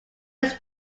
its